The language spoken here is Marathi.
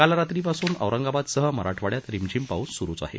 काल रात्रीपासून औरंगाबादसह मराठवाङ्यात रिमझिम पाऊस सुरूच आहे